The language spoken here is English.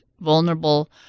vulnerable